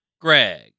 Greg